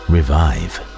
Revive